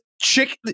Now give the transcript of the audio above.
chicken